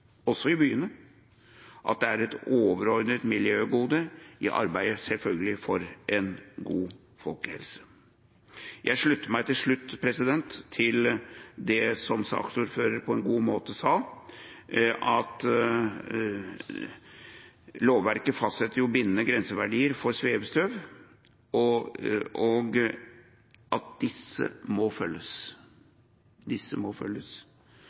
også i byene, og at det er et overordnet miljøgode i arbeidet, selvfølgelig, for en god folkehelse. Jeg slutter meg – til slutt – til det som saksordføreren på en god måte sa, at «lovverket fastsetter bindende grenseverdier for svevestøv», og at disse må følges. – Disse må følges.